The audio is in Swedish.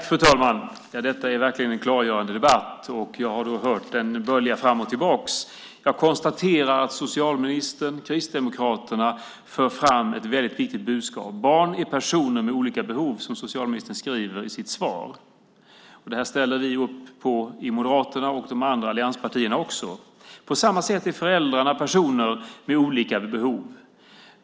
Fru talman! Detta är verkligen en klargörande debatt. Jag har hört den bölja fram och tillbaka. Jag konstaterar att socialministern och Kristdemokraterna för fram ett väldigt viktigt budskap. Barn är personer med olika behov, som socialministern skriver i sitt svar. Det ställer vi upp på i Moderaterna, och de andra allianspartierna också. På samma sätt är föräldrarna personer med olika behov.